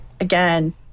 Again